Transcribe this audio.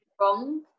wrong